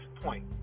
point